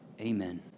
Amen